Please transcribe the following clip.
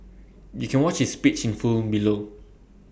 you can watch his speech in full below